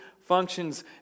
functions